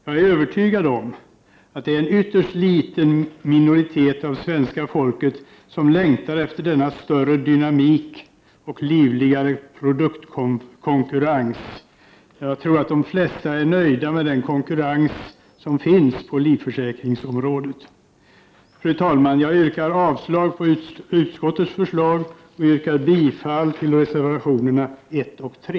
Jag är övertygad om att det är en ytterst liten minoritet av svenska folket som längtar efter denna större dynamik och livligare produktkonkurrens. De flesta är säkert nöjda med den konkurrens som finns. Fru talman! Jag yrkar avslag på utskottets förslag och bifall till reservationerna 1 och 3.